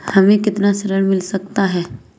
हमें कितना ऋण मिल सकता है?